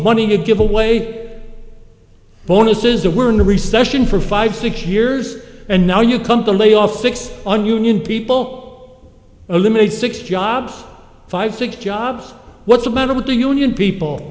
money you give away bonuses or we're in a recession for five six years and now you come to layoff six and union people eliminate six jobs five six jobs what's the matter with the union people